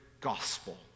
gospel